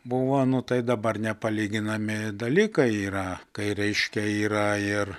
buvo nu tai dabar nepalyginami dalykai yra kai reiškia yra ir